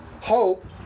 Hope